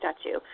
statue